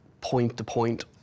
point-to-point